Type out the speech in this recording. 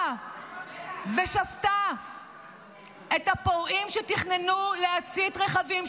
ששפטה את הפורעים שתכננו להצית רכבים,